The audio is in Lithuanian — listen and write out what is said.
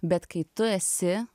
bet kai tu esi